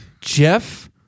Jeff